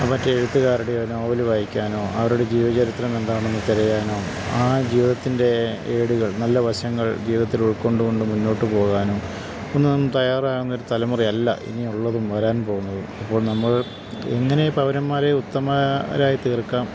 മറ്റ് എഴുത്തുകാരുടെയോ നോവല് വായിക്കാനോ അവരുടെ ജീവചരിത്രമെന്താണെന്നു തിരയാനോ ആ ജീവിതത്തിൻ്റെ ഏടുകൾ നല്ല വശങ്ങൾ ജീവിതത്തിൽ ഉൾക്കൊണ്ടുകൊണ്ടു മുന്നോട്ടുപോകാനും ഒന്നും തയ്യാറാകുന്നൊരു തലമുറയല്ല ഇനിയുള്ളതും വരാൻ പോകുന്നതും അപ്പോൾ നമ്മൾ എങ്ങനെ പൗരന്മാരെ ഉത്തമരായിത്തീർക്കാം